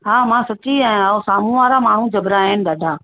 हा मां सची आहियां उहो साम्हूं वारा माण्हू जबरा आहिनि ॾाढा